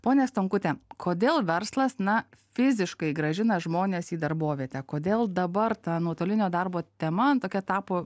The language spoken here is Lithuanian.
ponia stonkute kodėl verslas na fiziškai grąžina žmones į darbovietę kodėl dabar ta nuotolinio darbo tema tokia tapo